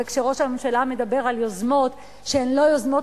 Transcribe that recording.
וכשראש הממשלה מדבר על יוזמות שהן לא יוזמות